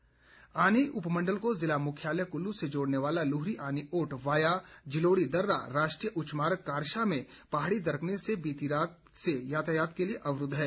मार्ग अवरूद्व आनी उपमंडल को जिला मुख्यालय कुल्लू से जोड़ने वाला लूहरी आनी औट वाया जिलोड़ी दर्रा राष्ट्रीय उच्चमार्ग कारशा में पहाड़ी दरकने से बीती रात से यातायात के लिए अवरूद्ध है